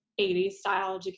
80s-style